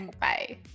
Bye